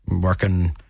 working